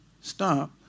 Stop